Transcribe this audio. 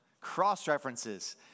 Cross-references